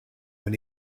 when